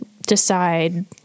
decide